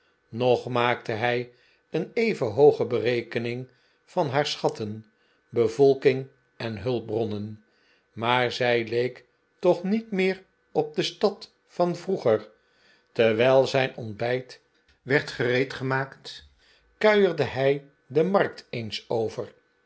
nog maakte hij een even hooge berekening van haar schatten bevolking en hulpbronnen maar zij leek toch niet meer op de stad van vroeger terwijl zijn ontbijt werd gereedgemaakt kuierde hij de markt eens over